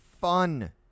fun